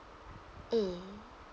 mm